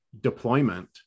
deployment